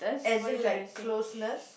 as in like closeness